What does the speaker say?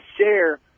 share